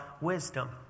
wisdom